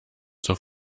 zur